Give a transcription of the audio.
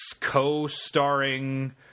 co-starring